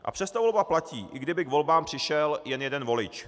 A přesto volba platí, i kdyby k volbám přišel jen jeden volič.